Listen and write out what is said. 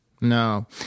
no